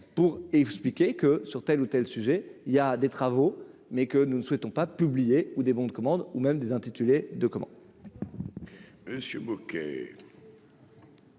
pour expliquer que sur tel ou tel sujet il y a des travaux, mais que nous ne souhaitons pas publier ou des bons de commande ou même des intitulés de comment.